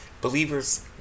believers